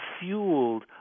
fueled